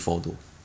of course ah